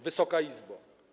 Wysoka Izbo!